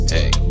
Hey